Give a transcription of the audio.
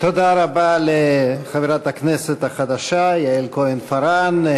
תודה רבה לחברת הכנסת החדשה יעל כהן-פארן.